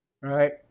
right